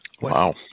Wow